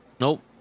Nope